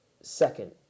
second